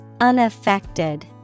Unaffected